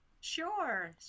Sure